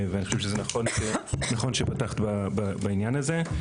ואני חושב שזה נכון שפתחת בעניין הזה.